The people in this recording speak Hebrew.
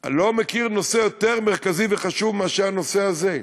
אני לא מכיר נושא יותר מרכזי וחשוב מאשר הנושא הזה.